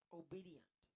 obedient